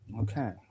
Okay